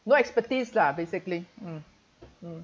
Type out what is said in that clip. no expertise lah basically mm mm